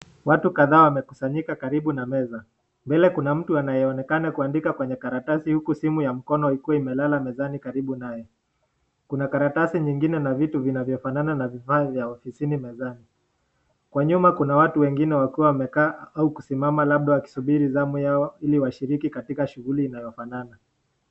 Watu kadhaa wamekusanyika karibu na meza. Mbele kuna mtu anayeonekana kuandika kwenye karatasi huku simu ya mkono ikiwa imelala mezani karibu naye. Kuna karatasi nyingine na vitu vinafanana na vifaa vya ofisini mezani. Kwa nyuma kuna watu wengine wakiwa wamekaa au kusimama labda wakisubiri hamu yao ili washiriki katika shughuli inayosimama.